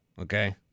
okay